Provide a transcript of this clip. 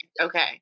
Okay